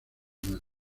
man